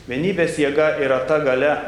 vienybės jėga yra ta galia